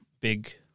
big